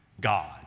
God